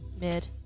Mid